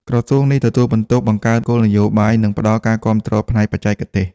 ក្រសួងនេះទទួលបន្ទុកបង្កើតគោលនយោបាយនិងផ្តល់ការគាំទ្រផ្នែកបច្ចេកទេស។